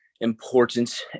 important